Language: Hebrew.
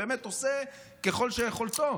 שבאמת עושה ככל יכולתו.